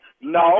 no